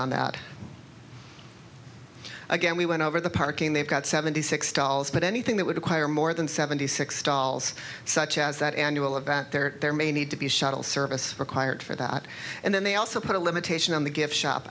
again we went over the parking they've got seventy six dollars but anything that would require more than seventy six stalls such as that annual event there there may need to be a shuttle service required for that and then they also put a limitation on the gift shop